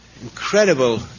incredible